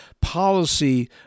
policy